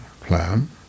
plan